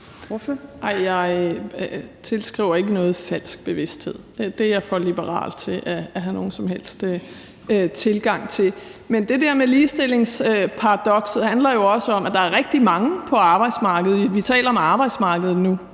Jeg tilskriver ikke noget en falsk bevidsthed – jeg er for liberal til på nogen måde at have sådan en tilgang til det. Men det der med ligestillingsparadokset handler jo også om, at der er rigtig mange på arbejdsmarkedet – vi taler om det paradoks,